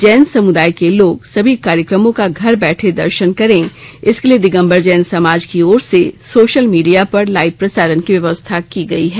जैन समुदाय के लोग सभी कार्यक्रमों का घर बैठे दर्शन करें इसके लिए दिगम्बर जैन समाज की ओर से सोशल मीडिया पर लाइव प्रसारण की व्यवस्था की गई है